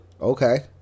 Okay